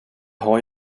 har